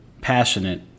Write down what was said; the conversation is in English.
passionate